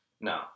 no